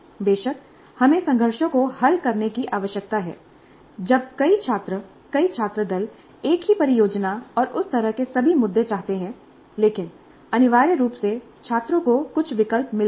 बेशक हमें संघर्षों को हल करने की आवश्यकता है जब कई छात्र कई छात्र दल एक ही परियोजना और उस तरह के सभी मुद्दे चाहते हैं लेकिन अनिवार्य रूप से छात्रों को कुछ विकल्प मिलते हैं